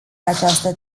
această